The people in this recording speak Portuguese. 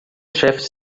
chefes